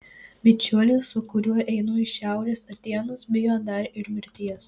bičiulis su kuriuo einu į šiaurės atėnus bijo dar ir mirties